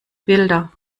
bilder